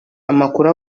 amakuru